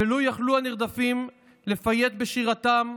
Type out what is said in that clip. ולו יכלו הנרדפים לפייט בשירתם,